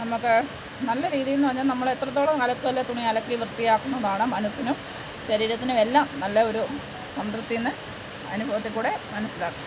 നമുക്ക് നല്ല രീതി എന്ന് പറഞ്ഞാൽ നമ്മൾ എത്രത്തോളം അലക്കുകല്ലിൽ തുണി അലക്കി വൃത്തിയാക്കുന്നതാണ് മനസ്സിനും ശരീരത്തിനുമെല്ലാം നല്ല ഒരു സംതൃപ്തി എന്ന് അനുഭവത്തിൽക്കൂടെ മനസ്സിലാകും